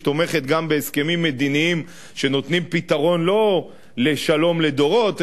שתומכת גם בהסכמים מדיניים שנותנים פתרון לא לשלום לדורות,